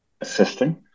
assisting